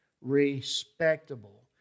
respectable